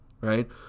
right